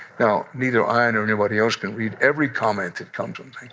now, neither i nor anybody else can read every comment that comes um to me.